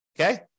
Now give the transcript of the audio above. Okay